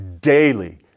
daily